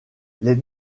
les